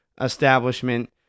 establishment